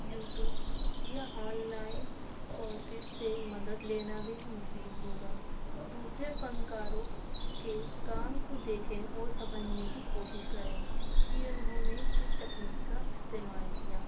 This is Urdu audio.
یوٹیوب یا آن لائن کورسز سے مدد لینا بھی مفید ہوگا دوسرے فنکاروں کے کام کو دیکھیں اور سمجھنے کی کوشش کریں کہ انہوں نے کس تکنیک کا استعمال کیا